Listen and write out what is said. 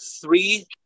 three